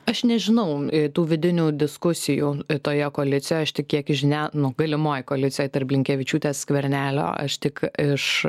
aš nežinau tų vidinių diskusijų toje koalicijoje aš tik kiek žinia nu galimoj koalicijoj tarp blinkevičiūtės skvernelio aš tik iš